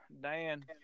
Dan